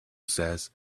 says